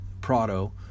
Prado